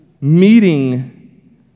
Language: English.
meeting